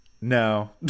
No